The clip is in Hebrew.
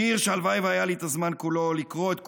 שיר שהלוואי שהיה לי את הזמן לקרוא את כולו,